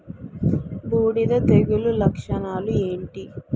బూడిద తెగుల లక్షణాలు ఏంటి?